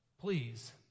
please